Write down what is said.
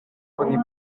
oni